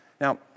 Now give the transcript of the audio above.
Now